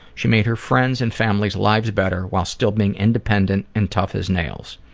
she made her friends' and family's lives better while still being independent and tough as nails.